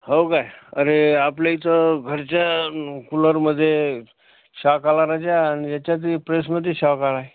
हो काय अरे आपल्या इथं घरच्या कुलरमध्ये शॉक आला राजा आणि याच्यात बी प्रेसमध्येही शॉक आलाय